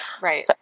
Right